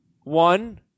One